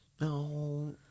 No